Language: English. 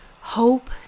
hope